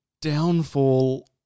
downfall